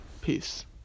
peace